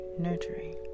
nurturing